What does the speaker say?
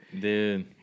Dude